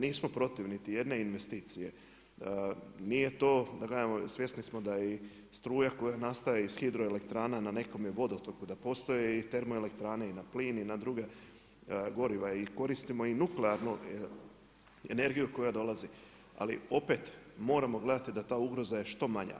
Nismo protiv niti jedne investicije, nije to i svjesni smo da i struja koja nastaje iz hidroelektrana na nekom je vodotoku, da postoje TE i na plin i na druga goriva i koristimo i nuklearnu energiju koja dolazi, ali opet moramo gledati da ta ugroza je što manja.